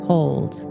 Hold